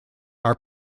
are